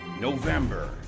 november